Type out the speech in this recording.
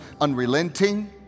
unrelenting